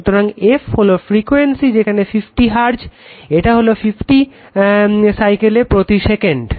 সুতরাং f হলো frequency যেমন 50 Hz এটা হলো 50 সাইকেল প্রতি সেকেন্ডে